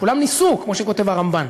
כולם ניסו, כמו שכותב הרמב"ן.